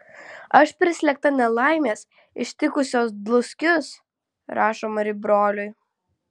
aš prislėgta nelaimės ištikusios dluskius rašo mari broliui